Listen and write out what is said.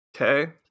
Okay